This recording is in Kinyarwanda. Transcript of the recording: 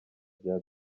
bya